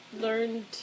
learned